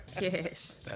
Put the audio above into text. Yes